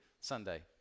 Sunday